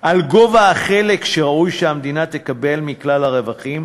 על החלק שראוי שהמדינה תקבל מכלל הרווחים,